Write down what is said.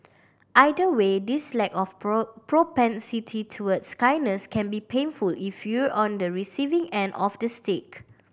either way this lack of propensity towards kindness can be painful if you're on the receiving end of the stick